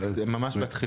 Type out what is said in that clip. ממש בהתחלה.